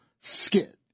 skit